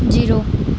zero